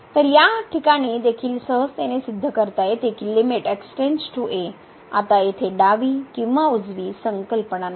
तर या प्रकरणात देखील सहजतेने हे सिद्ध करता येते की लिमिट आता येथे डावी किंवा उजवी संकल्पना नाही